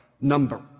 number